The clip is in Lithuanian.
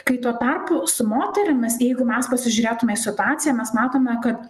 kai tuo tarpu su moterimis jeigu mes pasižiūrėtume į situaciją mes matome kad